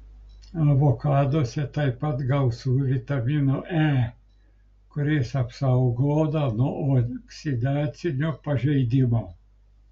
avokaduose taip pat gausu vitamino e kuris apsaugo odą nuo oksidacinio pažeidimo